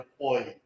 employee